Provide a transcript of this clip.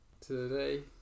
Today